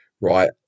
Right